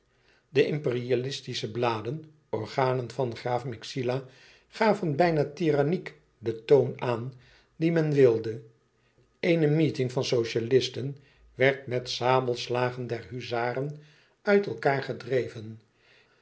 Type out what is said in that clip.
de imperialistische bladen organen van graaf myxila gaven bijna tyranniek den toon aan dien men wilde eene meeting van socialisten werd met sabelslagen der huzaren uit elkaâr gedreven